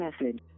message